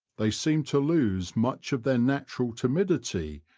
they seem to lose much of their natural timidity,